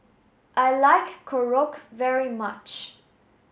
I like Korokke very much